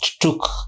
took